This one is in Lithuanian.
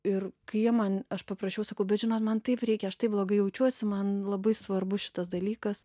ir kai jie man aš paprašiau sakau bet žinot man taip reikia aš taip blogai jaučiuosi man labai svarbus šitas dalykas